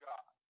God